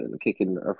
kicking